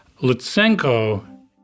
Lutsenko